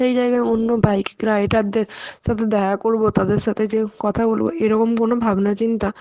সেই জায়গায় অন্য বাইক রাইডারদের সাথে দেখা করবো তাদের সাথে যেয়ে কথা বলবো এরকম কোনও ভাবনা চিন্তা